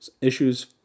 issues